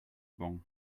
bon